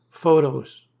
photos